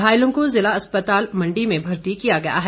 घायलों को जिला अस्पताल मण्डी में भर्ती किया गया है